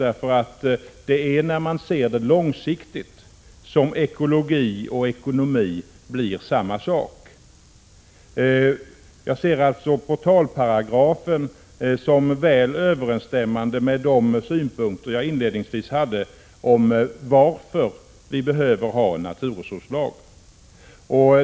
Det är ju när man ser detta långsiktigt som ekologi och ekonomi blir samma sak. Jag ser alltså portalparagrafen som väl överensstämmande med de synpunkter jag inledningsvis hade om varför vi behöver en naturresurslag.